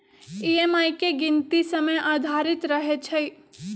EMI के गीनती समय आधारित रहै छइ